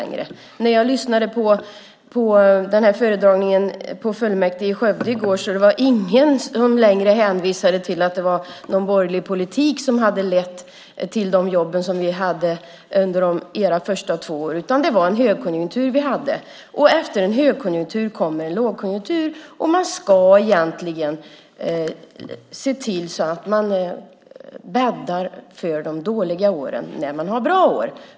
När jag lyssnade på föredragningen på fullmäktige i Skövde i går var det ingen som längre hänvisade till att det var någon borgerlig politik som hade lett till jobb under era första två år, utan det var en högkonjunktur vi hade. Efter en högkonjunktur kommer en lågkonjunktur, och man ska egentligen se till att man bäddar för de dåliga åren när man har bra år.